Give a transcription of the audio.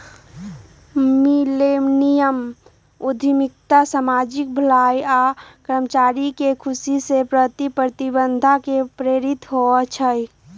millennium उद्यमिता सामाजिक भलाई आऽ कर्मचारी के खुशी के प्रति प्रतिबद्धता से प्रेरित होइ छइ